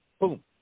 Boom